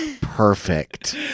Perfect